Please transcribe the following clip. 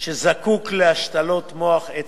שזקוק להשתלת מוח עצם.